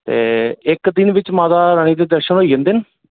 ते इक दिन बिच्च माता रानी दे दर्शन होई जन्दे न